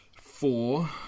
four